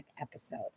episode